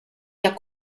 air